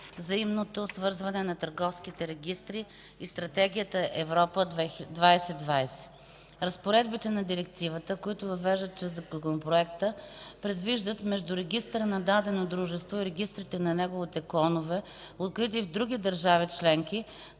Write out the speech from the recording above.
„Взаимното свързване на търговските регистри” (8ЕС(2009) 1492) и Стратегията „Европа 2020”. ІІІ. Разпоредбите на Директивата, които се въвеждат чрез Законопроекта, предвиждат между регистъра на дадено дружеството и регистрите на неговите клонове, открити в други държави членки,